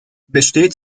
besteht